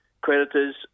creditors